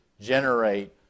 generate